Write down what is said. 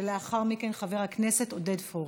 ולאחר מכן חבר הכנסת עודד פורר.